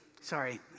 Sorry